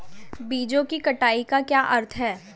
बीजों की कटाई का क्या अर्थ है?